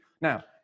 Now